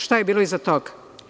Šta je bilo iza toga?